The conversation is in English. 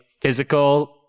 physical